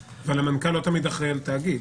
והמנכ"ל לא תמיד אחראי על תאגיד.